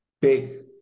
big